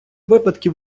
випадки